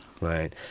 right